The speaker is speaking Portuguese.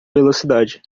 velocidade